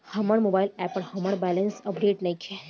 हमर mobile app पर हमर बैलेंस अपडेट नइखे